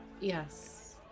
Yes